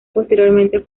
posteriormente